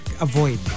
avoid